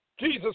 Jesus